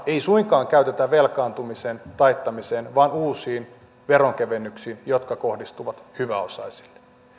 ei suinkaan käytetä velkaantumisen taittamiseen vaan uusiin veronkevennyksiin jotka kohdistuvat hyväosaisille